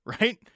right